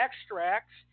extracts